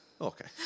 Okay